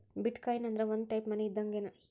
ಬಿಟ್ coin ಅಂದ್ರ ಒಂದ type money ಇದ್ದಂಗ್ಗೆನ್